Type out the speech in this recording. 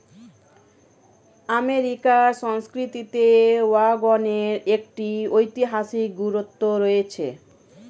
আমেরিকার সংস্কৃতিতে ওয়াগনের একটি ঐতিহাসিক গুরুত্ব রয়েছে